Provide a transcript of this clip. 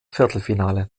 viertelfinale